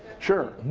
sure.